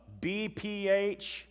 BPH